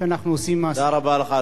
תודה רבה לך, אדוני.